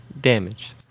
damage